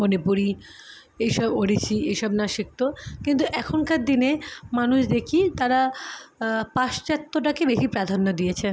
মণিপুরী এই সব ওড়িশি এই সব নাচ শিখত কিন্তু এখনকার দিনে মানুষ দেখি তারা পাশ্চাত্যটাকে বেশি প্রাধান্য দিয়েছে